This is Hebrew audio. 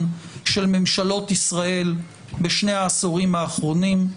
של ממשלות ישראל בשני העשורים האחרונים.